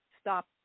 stop